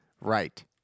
right